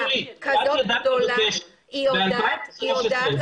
כזאת גדולה היא יודעת לתת למשרדים --- האם,